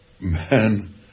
man